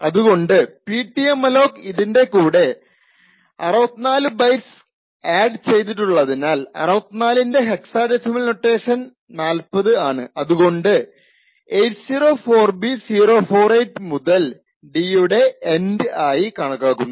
അതുകൊണ്ട് പിടിഎംഅലോക് ഇതിന്റെകൂടെ 64 ബൈറ്റ്സ് ആഡ് ചെയ്തിട്ടുള്ളതിനാൽ 64 ൻറെ ഹെക്ക്സാഡെസിമൽ നൊട്ടേഷൻ 40 ആണ് അതുകൊണ്ട് 804B048 മുതൽ d യുടെ എൻഡ് ആയി കണക്കാക്കുന്നു